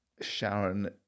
Sharon